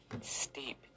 steep